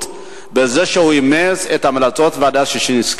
בזה שהוא אימץ את המלצות ועדת-ששינסקי.